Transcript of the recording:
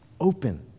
open